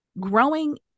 growing